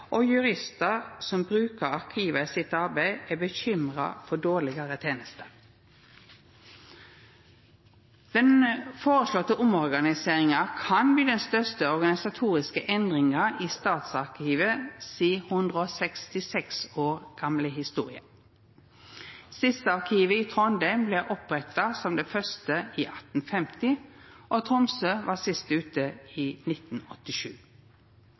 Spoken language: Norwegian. og juristar som brukar arkivet i arbeidet sitt, er bekymra for å få dårlegare tenester. Den føreslåtte omorganiseringa kan bli den største organisatoriske endringa i Statsarkivet si 166 år gamle historie. Stiftsarkivet i Trondheim blei oppretta som det første i 1850. Tromsø var sist ute, i 1987.